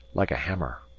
like a hammer.